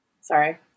Sorry